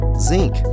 zinc